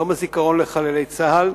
יום הזיכרון לחללי צה"ל,